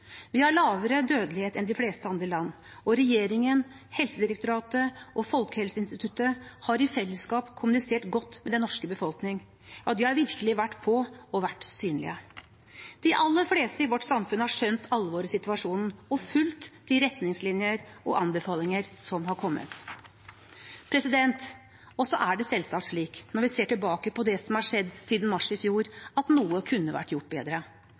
Vi har lavere dødelighet enn de fleste andre land, og regjeringen, Helsedirektoratet og Folkehelseinstituttet har i fellesskap kommunisert godt med den norske befolkning. Ja, de har virkelig vært på og vært synlige. De aller fleste i vårt samfunn har skjønt alvoret i situasjonen og fulgt de retningslinjer og anbefalinger som har kommet. Så er det selvsagt slik, når vi ser tilbake på det som har skjedd siden mars i fjor, at noe kunne vært gjort bedre.